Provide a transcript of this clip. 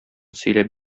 сөйләп